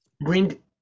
bring